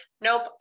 nope